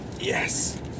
Yes